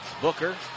Booker